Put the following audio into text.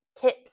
tips